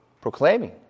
proclaiming